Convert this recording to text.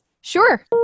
Sure